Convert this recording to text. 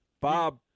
Bob